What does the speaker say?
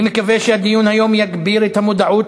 אני מקווה שהדיון היום יגביר את המודעות